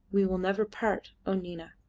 we will never part, o nina!